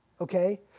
Okay